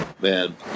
Man